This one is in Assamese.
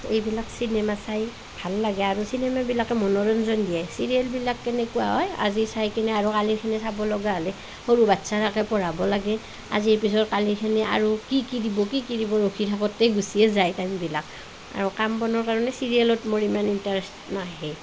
এইবিলাক চিনেমা চাই ভাল লাগে আৰু চিনেমাবিলাকে মনোৰঞ্জন দিয়ে চিৰিয়েলবিলাক কেনেকুৱা হয় আজি চাই কিনে আৰু কালিখিনি চাব লগা হ'লে সৰু বাচ্চা থাকে পঢ়াব লাগে আজিৰ পিছত কালিৰখিনি আৰু কি কি দিব কি কি দিব ৰখি থাকোঁতেই গুছিয়েই যায় টাইমবিলাক আৰু কাম বনৰ কাৰণে চিৰিয়েলত মোৰ ইমান ইণ্টাৰেষ্ট নাহে